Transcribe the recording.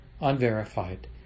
unverified